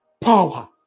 power